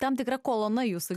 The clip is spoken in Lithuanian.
tam tikra kolona jūsų